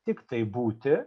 tiktai būti